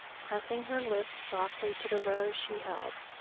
pressing her lips softly to the rose she held.